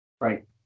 right